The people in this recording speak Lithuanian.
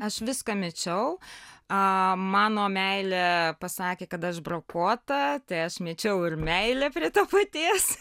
aš viską mečiau mano meile pasakė kad aš brokuota tai aš mečiau ir meilę prie to paties